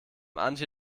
antje